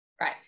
Right